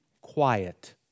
quiet